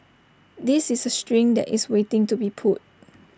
this is A string that is waiting to be pulled